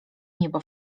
niebo